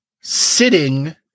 sitting